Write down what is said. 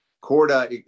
corda